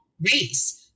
race